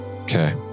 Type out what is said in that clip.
Okay